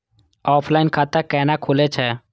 Offline खाता कैना खुलै छै?